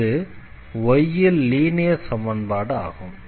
இது y ல் linear சமன்பாடு ஆகும்